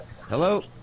Hello